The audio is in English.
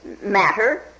matter